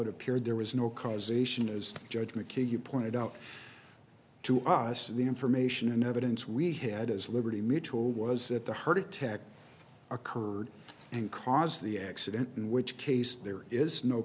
it appeared there was no causation is judge mchugh you pointed out to us the information and evidence we had as liberty mutual was that the heart attack occurred and caused the accident in which case there is no